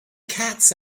cats